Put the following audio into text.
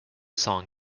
song